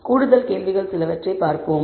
கூடுதல் கேள்விகள் சிலவற்றை பார்ப்போம்